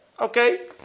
Okay